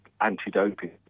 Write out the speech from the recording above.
anti-doping